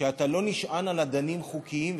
שאתה לא נשען על אדנים חוקיים,